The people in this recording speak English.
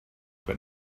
but